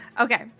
Okay